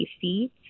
feet